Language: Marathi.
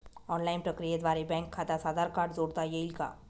ऑनलाईन प्रक्रियेद्वारे बँक खात्यास आधार कार्ड जोडता येईल का?